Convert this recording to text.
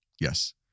Yes